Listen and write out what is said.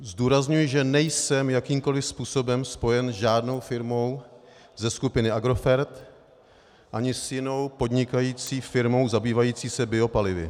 Zdůrazňuji, že nejsem jakýmkoli způsobem spojen s žádnou firmou ze skupiny Agrofert ani s jinou podnikající firmou zabývající se biopalivy.